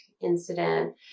incident